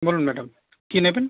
বলুন ম্যাডাম কী নেবেন